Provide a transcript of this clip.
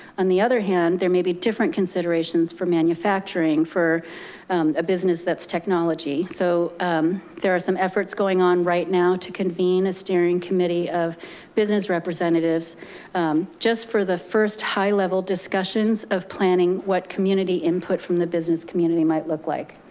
on the other hand, there may be different considerations for manufacturing, for a business that's technology. so there are some efforts going on right now to convene a steering committee of business representatives just for the first high level discussions of planning, what community input from the business community might look like.